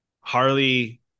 Harley